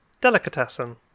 Delicatessen